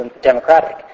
democratic